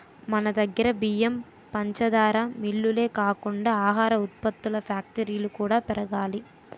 మనదగ్గర బియ్యం, పంచదార మిల్లులే కాకుండా ఆహార ఉత్పత్తుల ఫ్యాక్టరీలు కూడా పెరగాలి